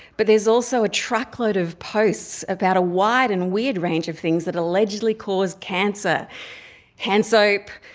but there's also a truckload of posts about a wide and weird range of things that allegedly cause cancer hand soap,